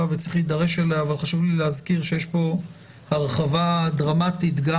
וצריך להידרש אליה אבל חשוב לי להזכיר שיש כאן הרחבה דרמטית גם